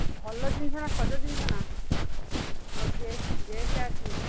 ଭଲ ଜିନିଷ ନା ସଜ ଜିନିଷ ନା ଆଉ ଗେଷ୍ଟ ଆସିବେ